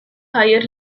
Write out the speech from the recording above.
higher